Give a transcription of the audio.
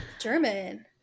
German